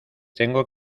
tengo